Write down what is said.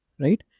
right